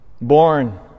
born